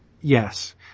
Yes